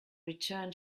return